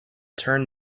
turn